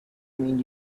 mean